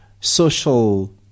social